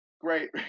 great